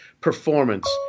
performance